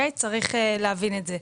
אני,